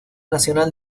nacional